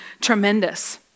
tremendous